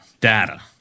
data